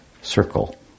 circle